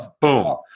Boom